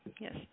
Yes